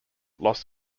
loss